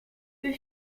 deux